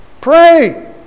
Pray